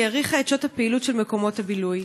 היא האריכה את שעות הפעילות של מקומות הבילוי.